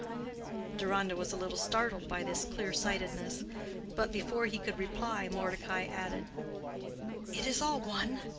deronda was a little startled by this clear-sightedness but before he could reply mordecai added it is all one.